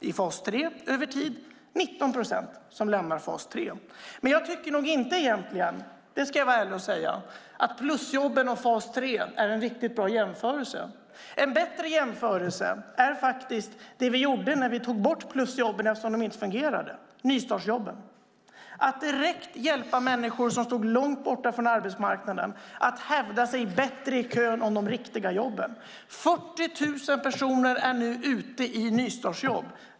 Över tid är det 19 procent som lämnar fas 3. Jag tycker i ärlighetens namn inte att plusjobben och fas 3 är någon riktigt bra jämförelse. En bättre jämförelse är nystartsjobben som vi införde när vi tog bort plusjobben eftersom de inte fungerade. Det var att direkt hjälpa människor som stod långt från arbetsmarknaden att hävda sig bättre i kön om de riktiga jobben. Nu är 40 000 människor ute i nystartsjobb.